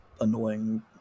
annoying